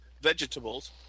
vegetables